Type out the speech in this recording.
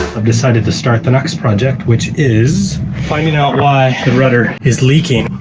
i've decided to start the next project, which is finding out why the rudder is leaking.